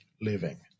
living